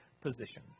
position